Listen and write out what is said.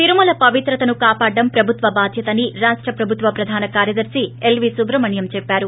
తిరుమల పవిత్రతను కాపాడటం ప్రభుత్వ బాధ్యతని రాష్ట ప్రభుత్వ ప్రధాన కార్యదర్శి ఎల్వీ సుబ్రహ్మణ్యం చెప్పారు